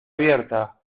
abierta